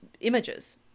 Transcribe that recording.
images